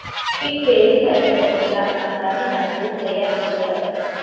पिक पेरणीसाठी जमिनीला नांगराने नांगरून तयार केल जात